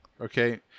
okay